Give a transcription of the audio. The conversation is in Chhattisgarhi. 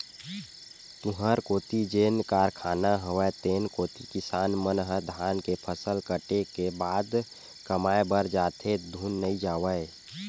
तुँहर कोती जेन कारखाना हवय तेन कोती किसान मन ह धान के फसल कटे के बाद कमाए बर जाथे धुन नइ जावय?